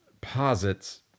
posits